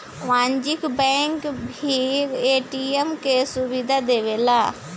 वाणिज्यिक बैंक भी ए.टी.एम के सुविधा देवेला